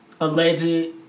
alleged